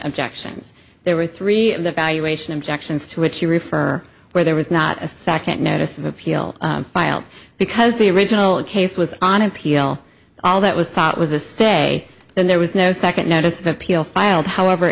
objections there were three valuation objections to which you refer where there was not a second notice of appeal filed because the original case was on appeal all that was sought was a stay then there was no second notice of appeal filed however